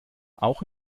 auch